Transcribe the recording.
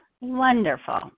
wonderful